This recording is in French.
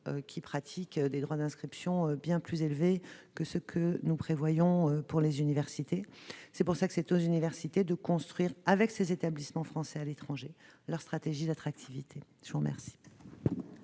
qui pratiquent des droits d'inscription bien plus élevés que ce que nous prévoyons pour les universités. Il revient donc aux universités de construire avec ces établissements français à l'étranger leur stratégie d'attractivité. La parole